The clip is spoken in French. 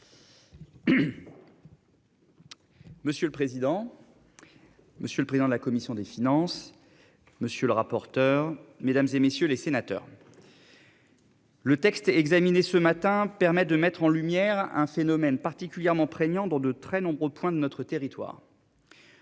Monsieur le président. Monsieur le président de la commission des finances. Monsieur le rapporteur, mesdames et messieurs les sénateurs. Le texte examiné ce matin permet de mettre en lumière un phénomène particulièrement prégnant dans de très nombreux points de notre territoire.